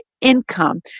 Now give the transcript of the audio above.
income